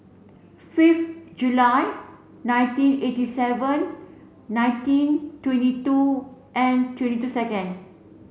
fifth July nineteen eighty seven nineteen twenty two and twenty two second